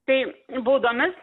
tai baudomis